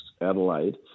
Adelaide